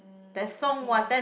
um okay